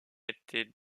était